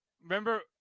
remember